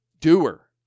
doer